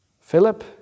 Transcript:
Philip